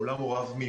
העולם הוא רב-מימדי,